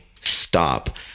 stop